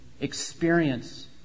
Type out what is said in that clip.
experience